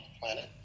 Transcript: planet